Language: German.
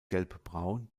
gelbbraun